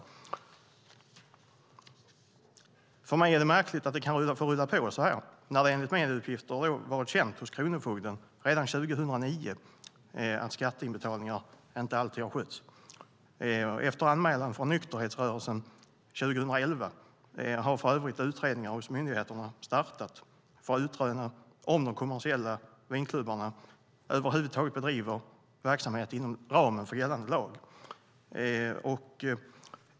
Jag tycker att det är märkligt att det kan få rulla på så här när det enligt medieuppgifter var känt hos kronofogden redan 2009 att skatteinbetalningarna inte sköttes. Efter anmälan från nykterhetsrörelsen 2011 har för övrigt utredningar hos myndigheterna startat för att utröna om de kommersiella vinklubbarna över huvud taget bedriver sin verksamhet inom ramen för gällande lagstiftning.